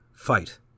Fight